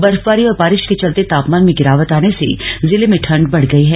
बर्फबारी और बारिश के चलते तापमान में गिरावट आने से जिले में ठंड बढ़ गयी है